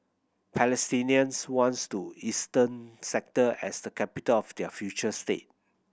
Palestinians wants to eastern sector as the capital of their future state